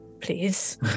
Please